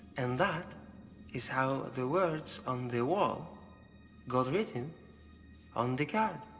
and that is how the words on the wall got written on the card.